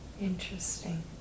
interesting